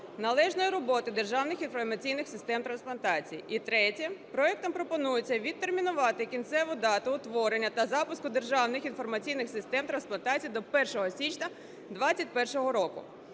належної роботи державних інформаційних систем трансплантації. І третє: проектом пропонується відтермінувати кінцеву дату утворення та запуску державних інформаційних систем трансплантації до 1 січня 21-го року.